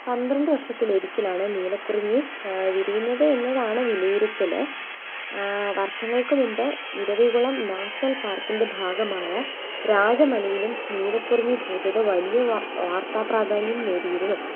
പന്ത്രണ്ട് വർഷത്തിലൊരിക്കലാണ് നീലക്കുറിഞ്ഞി വിരിയുന്നത് എന്നതാണ് വിലയിരുത്തൽ വർഷങ്ങൾക്ക് മുമ്പ് ഇരവികുളം നാഷണൽ പാർക്കിൻ്റെ ഭാഗമായ രാജ മലയിലും നീലക്കുറിഞ്ഞി പൂത്തത് വലിയ വ വാർത്താ പ്രാധാന്യം നേടിയിരുന്നു